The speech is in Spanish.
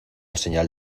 señal